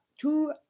two